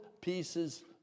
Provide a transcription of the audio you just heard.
pieces